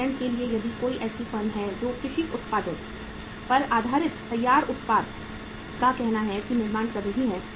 उदाहरण के लिए यदि कोई ऐसी फर्म है जो कृषि उत्पादों पर आधारित तैयार उत्पाद का कहना है कि निर्माण कर रही है